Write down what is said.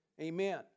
Amen